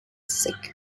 sick